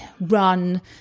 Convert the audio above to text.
run